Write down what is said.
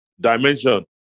dimension